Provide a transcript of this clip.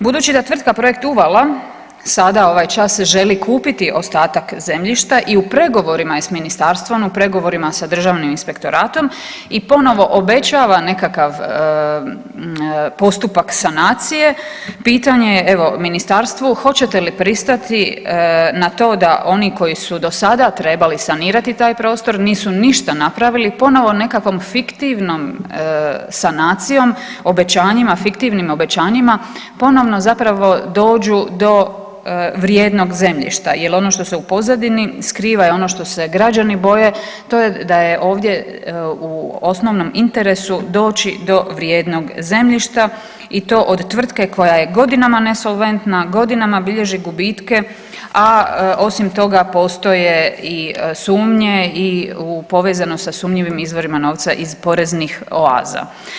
Budući da tvrtka Projekt Uvala sada, ovaj čas želi kupiti ostatak zemljišta i u pregovorima je s ministarstvom, u pregovorima sa Državnim inspektoratom i ponovo obećava nekakav postupak sanacije, pitanje je evo, ministarstvu, hoćete li pristati na to da oni koji su do sada trebali sanirati taj prostor, nisu ništa napravili, ponovo nekakvom fiktivnom sanacijom, obećanjima, fiktivnim obećanjima, ponovno zapravo dođu do vrijednog zemljišta jer ono što se u pozadini skriva je ono što je građani boje, to je da je ovdje u osnovnom interesu doći do vrijednog zemljišta i to od tvrtke koja je godinama nesolventna, godinama bilježi gubitke, a osim toga, postoje i sumnje i u povezanost sa sumnjivim izvorima novca iz poreznih oaza.